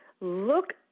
look